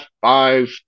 five